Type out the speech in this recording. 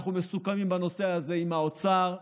אנחנו מסוכמים בנושא הזה עם האוצר,